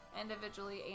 individually